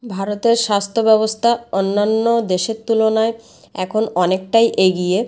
ভারতের স্বাস্থ্য ব্যবস্থা অন্যান্য দেশের তুলনায় এখন অনেকটাই এগিয়ে